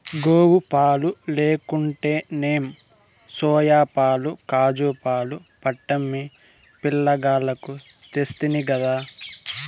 గోవుపాలు లేకుంటేనేం సోయాపాలు కాజూపాలు పట్టమ్మి పిలగాల్లకు తెస్తినిగదా